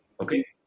Okay